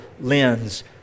lens